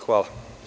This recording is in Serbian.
Hvala.